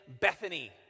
Bethany